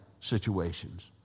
situations